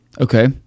Okay